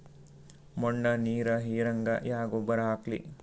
ಮಣ್ಣ ನೀರ ಹೀರಂಗ ಯಾ ಗೊಬ್ಬರ ಹಾಕ್ಲಿ?